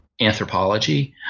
anthropology